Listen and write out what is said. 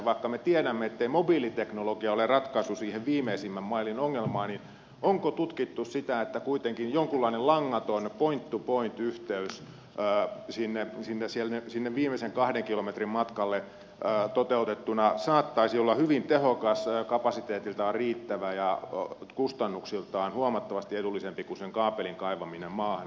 vaikka me tiedämme ettei mobiiliteknologia ole ratkaisu siihen viimeisimmän mailin ongelmaan niin onko tutkittu sitä että kuitenkin jonkunlainen langaton point to point yhteys toteutettuna viimeisen kahden kilometrin matkalle saattaisi olla hyvin tehokas kapasiteetiltaan riittävä ja kustannuksiltaan huomattavasti edullisempi kuin kaapelin kaivaminen maahan